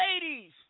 ladies